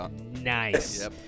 Nice